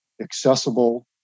accessible